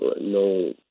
no